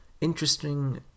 interesting